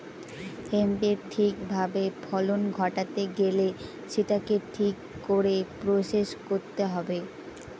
হেম্পের ঠিক ভাবে ফলন ঘটাতে গেলে সেটাকে ঠিক করে প্রসেস করতে হবে